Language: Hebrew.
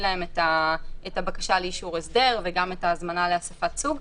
להם את הבקשה לאישור הסדר וגם את ההזמנה לאסיפת סוג,